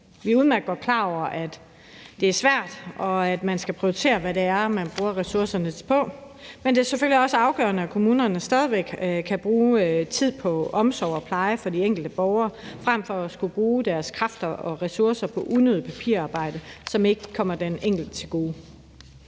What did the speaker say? Vi er udmærket godt klar over, at det er svært, og at man skal prioritere, hvad det er, man bruger ressourcerne på, men det er selvfølgelig også afgørende, at kommunerne stadig væk kan bruge tid på omsorg og pleje for de enkelte borgere frem for at skulle bruge deres kræfter og ressourcer på unødigt papirarbejde, som ikke kommer den enkelte til gode.